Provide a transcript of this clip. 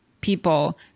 people